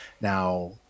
Now